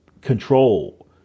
control